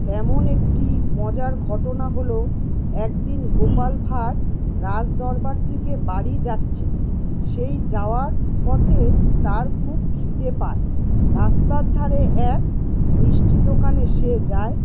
এমন একটি মজার ঘটনা হল এক দিন গোপাল ভাঁড় রাজ দরবার থেকে বাড়ি যাচ্ছেন সেই যাওয়ার পথে তার খুব খিদে পায় রাস্তার ধারে এক মিষ্টির দোকানে সে যায়